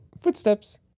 footsteps